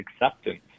acceptance